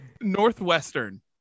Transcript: Northwestern